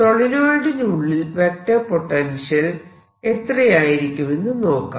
സോളിനോയിഡിനുള്ളിൽ vector potential എത്രയായിരിക്കുമെന്നു നോക്കാം